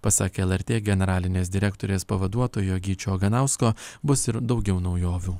pasak lrt generalinės direktorės pavaduotojo gyčio oganausko bus ir daugiau naujovių